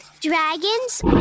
dragons